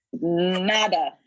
nada